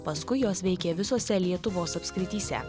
paskui jos veikė visose lietuvos apskrityse